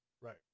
right